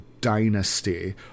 dynasty